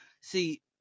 See